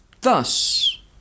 thus